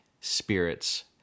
spirits